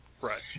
Right